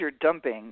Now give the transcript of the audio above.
dumping